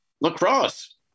lacrosse